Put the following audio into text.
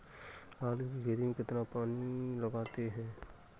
आलू की खेती में कितना पानी लगाते हैं?